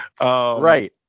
right